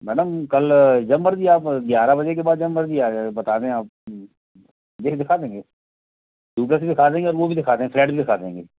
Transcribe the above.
madam कल जब मर्ज़ी आप ग्यारह बजे के बाद जब मर्ज़ी आ जाए बता दें आप जब दिखा देंगे डुप्लेक्स भी दिखा देंगे और वह भी दिखा देंगे फ्लैट भी दिखा देंगे